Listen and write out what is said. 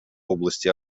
области